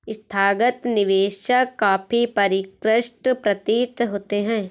संस्थागत निवेशक काफी परिष्कृत प्रतीत होते हैं